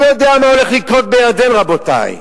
מי יודע מה הולך לקרות בירדן, רבותי?